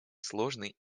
сложный